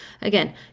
again